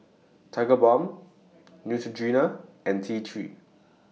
Tigerbalm Neutrogena and T three